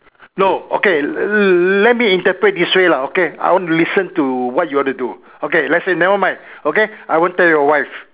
no okay let me interpret this way lah okay I want to listen to what you want to do okay let's say never mind okay I won't tell your wife